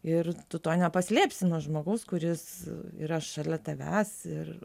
ir tu to nepaslėpsi nuo žmogaus kuris yra šalia tavęs ir